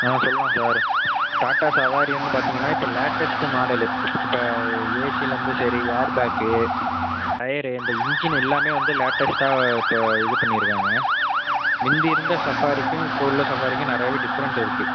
ஆ சொல்லாம் சார் டாட்டா சவாரியின்னு பார்த்திங்கன்னா இப்போ லேட்டஸ்ட்டு மாடல்லு இப்போ ஏசியிலந்து சரி ஏர் பேக்கு டையரு இந்த இன்ஜின் எல்லாமே வந்து லேட்டஸ்ட்டாக இப்போ இது பண்ணியிருக்காங்க முந்தி இருந்த சஃப்பாரிக்கும் இப்போ உள்ள சஃபாரிக்கும் நிறையாவே டிஃப்ரெண்ட் இருக்கு